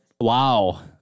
Wow